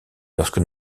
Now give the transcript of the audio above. lorsque